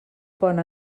pon